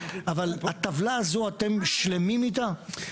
אבל הטבלה הזאת אתם שלמים איתה?